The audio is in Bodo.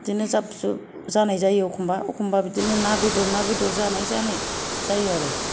बिदिनो जाब जुब जानाय जायो एखनबा एखनबा बिदिनो ना बेदर ना बेदर जानाय जायो आरो